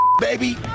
baby